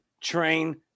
train